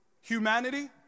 humanity